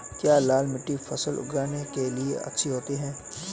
क्या लाल मिट्टी फसल उगाने के लिए अच्छी होती है?